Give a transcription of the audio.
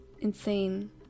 insane